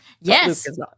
Yes